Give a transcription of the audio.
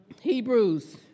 Hebrews